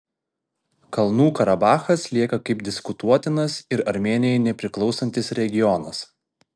kalnų karabachas lieka kaip diskutuotinas ir armėnijai nepriklausantis regionas